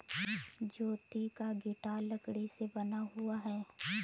ज्योति का गिटार लकड़ी से बना हुआ है